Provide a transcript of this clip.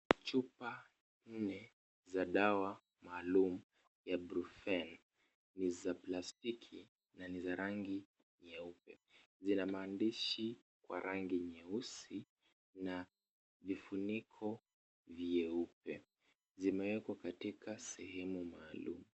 Chupa nne za dawa maalum ya ibruprofen ni za plastiki na ni za rangi nyeupe. Zina maandishi kwa rangi nyeusi na vifuniko vyeupe. Zimewekwa katika sehemu maalum.